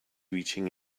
reaching